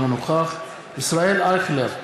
אינו נוכח ישראל אייכלר,